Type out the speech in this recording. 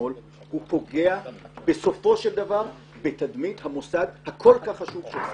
הוא פוגע בסופו של דבר בתדמית המוסד הכול כך חשוב שלך.